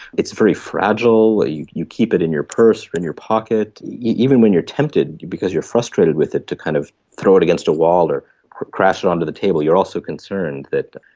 it's very fragile, ah you you keep it in your purse or in your pocket. even when you're tempted because you're frustrated with it to kind of throw it against a wall or crash it onto the table, you're also concerned that,